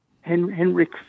Henrik